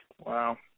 Wow